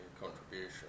contribution